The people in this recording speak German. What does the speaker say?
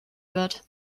wird